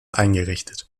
eingerichtet